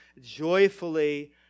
joyfully